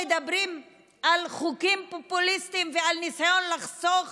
מדברים על חוקים פופוליסטיים ועל ניסיון לחסוך